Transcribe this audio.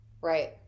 Right